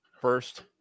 first